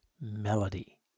melody